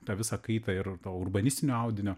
ta visą kaitą ir to urbanistinio audinio